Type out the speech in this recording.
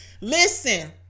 listen